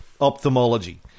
ophthalmology